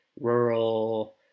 rural